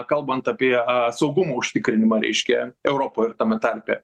kalbant apie a saugumo užtikrinimą reiškia europoj ir tame tarpe